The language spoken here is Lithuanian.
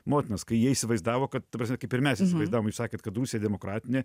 motinas kai jie įsivaizdavo kad ta prasme kaip ir mes įsivaizdavom jūs sakėt kad rusija demokratinė